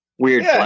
Weird